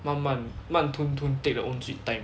慢慢慢吞吞 take their own sweet time